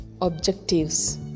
Objectives